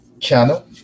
channel